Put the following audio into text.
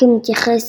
כמתייחס